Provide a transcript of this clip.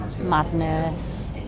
Madness